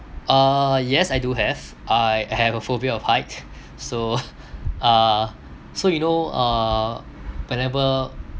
uh yes I do have I have a phobia of height so uh so you know uh whenever